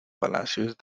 palacios